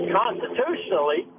constitutionally